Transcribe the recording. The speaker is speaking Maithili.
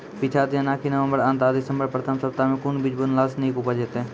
पीछात जेनाकि नवम्बर अंत आ दिसम्बर प्रथम सप्ताह मे कून बीज बुनलास नीक उपज हेते?